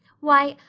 why,